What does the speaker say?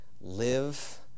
Live